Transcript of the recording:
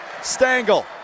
Stangle